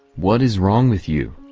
what is wrong with you,